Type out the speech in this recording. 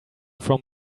from